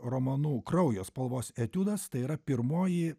romanu kraujo spalvos etiudas tai yra pirmoji